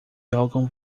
jogam